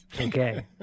Okay